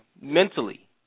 Mentally